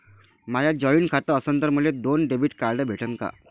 माय joint खातं असन तर मले दोन डेबिट कार्ड भेटन का?